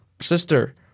sister